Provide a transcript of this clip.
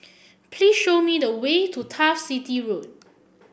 please show me the way to Turf City Road